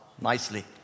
nicely